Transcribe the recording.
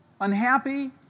unhappy